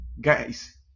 Guys